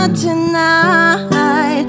tonight